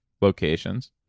locations